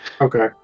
Okay